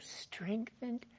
strengthened